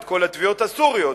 את כל התביעות הסוריות,